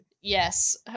Yes